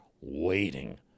waiting